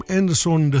Anderson